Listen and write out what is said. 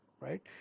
right